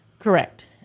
Correct